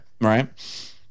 right